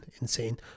insane